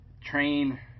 train